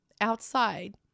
outside